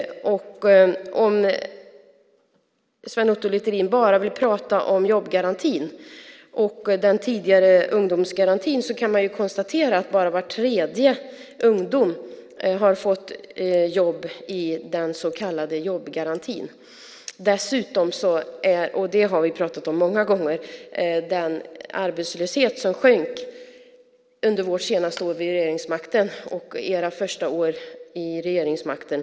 Om Sven Otto Littorin bara vill prata om jobbgarantin och den tidigare ungdomsgarantin kan man konstatera att bara var tredje ungdom har fått jobb i den så kallade jobbgarantin. Det har vi pratat om många gånger. Arbetslösheten sjönk under våra senare år vid regeringsmakten och under era första år vid regeringsmakten.